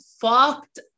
fucked